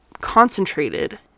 concentrated